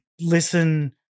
listen